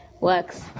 works